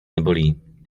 nebolí